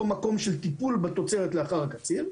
אותו מקום של טיפול בתוצרת לאחר הקציר,